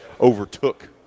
overtook